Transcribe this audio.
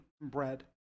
bread